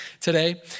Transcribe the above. today